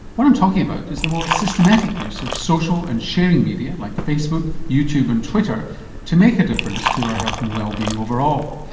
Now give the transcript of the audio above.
what i'm talking about is the more systematic use of social and sharing media like facebook, youtube and twitter to make a difference to our health and wellbeing overall.